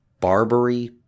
Barbary